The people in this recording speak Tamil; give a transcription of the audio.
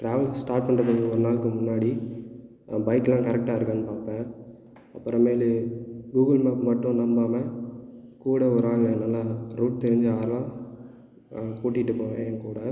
ட்ராவல் ஸ்டார்ட் பண்ணுறதுக்கு ஒரு நாளைக்கு முன்னாடி பைக்லாம் கரெக்ட்டா இருக்கானு பார்ப்பேன் அப்புறமேலு கூகுள் மேப் மட்டும் நம்பாமல் கூட ஒரு ஆள் என்னென்னா ரூட் தெரிஞ்ச ஆளாக கூட்டிகிட்டு போவேன் என்கூட